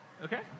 Okay